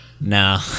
Nah